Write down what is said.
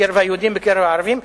גם בקרב היהודים וגם בקרב הערבים,